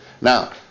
Now